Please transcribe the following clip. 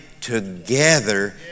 together